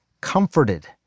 comforted